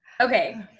okay